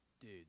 dude